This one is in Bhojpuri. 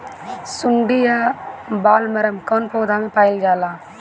सुंडी या बॉलवर्म कौन पौधा में पाइल जाला?